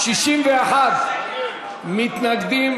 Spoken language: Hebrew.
61 מתנגדים